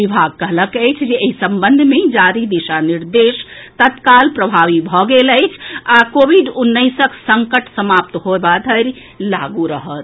विभाग कहलक अछि जे एहि संबंध मे जारी दिशा निर्देश तत्काल प्रभावी भऽ गेल अछि आ कोविड उन्नैसक संकट समाप्त होएबा धरि लागू रहत